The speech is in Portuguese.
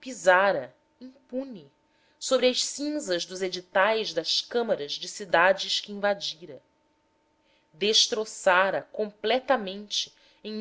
pisara impune sobre as cinzas dos editais das câmaras de cidades que invadira destroçara completamente em